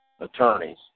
attorneys